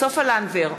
סופה לנדבר,